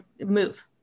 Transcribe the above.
move